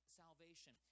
salvation